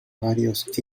varios